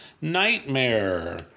nightmare